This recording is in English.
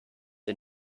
the